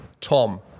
Tom